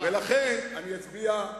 ולכן אני אצביע,